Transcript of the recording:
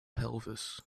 pelvis